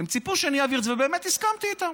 הם ציפו שאני אעביר את זה, ובאמת הסכמתי איתם.